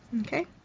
Okay